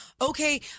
Okay